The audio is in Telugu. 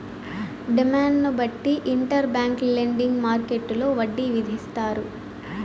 డిమాండ్ను బట్టి ఇంటర్ బ్యాంక్ లెండింగ్ మార్కెట్టులో వడ్డీ విధిస్తారు